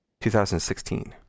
2016